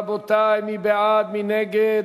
רבותי, מי בעד, מי נגד.